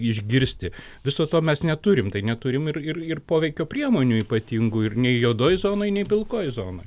išgirsti viso to mes neturim tai neturim ir ir ir poveikio priemonių ypatingų ir nei juodoj zonoj nei pilkoj zonoj